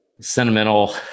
sentimental